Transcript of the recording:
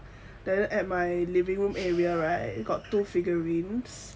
then at my living room area right got two figurines